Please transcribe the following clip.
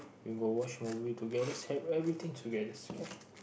we go watch movie togethers ev~ everything togethers okay